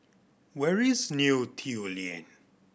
where is Neo Tiew Lane